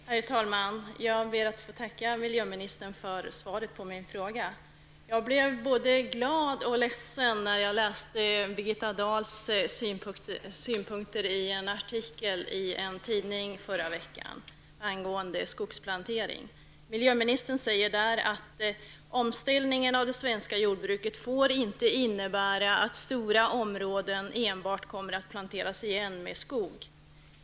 Herr talman! Jag ber att få tacka miljöministern för svaret på min fråga. Jag blev både glad och ledsen när jag läste Birgitta Dahls synpunkter i en artikel i en tidning förra veckan angående skogsplantering. Miljöministern säger där att omställningen av det svenska jordbruket inte får innebära att stora områden kommer att planteras igen med skog.